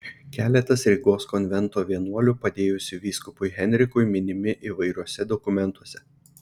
keletas rygos konvento vienuolių padėjusių vyskupui henrikui minimi įvairiuose dokumentuose